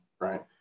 right